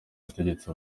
yategetse